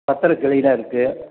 பத்திரம் க்ளீன்னாயிருக்குது